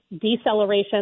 deceleration